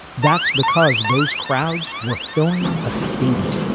that's because those crowds were filling a stadium.